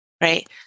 Right